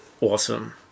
awesome